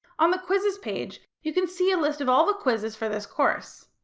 on the quizzes page, you can see a list of all the quizzes for this course.